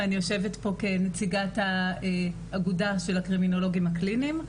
ואני יושבת כנציגת האגודה של הקרימינולוגים הקליניים.